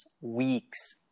weeks